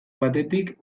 batetik